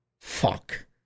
fuck